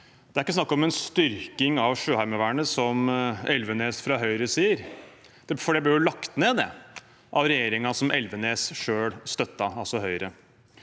Det er ikke snakk om en styrking av Sjøheimevernet, som Elvenes fra Høyre sier, for det ble jo lagt ned av regjeringen som Elvenes selv støttet, altså